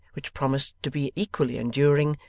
which promised to be equally enduring,